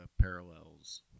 parallels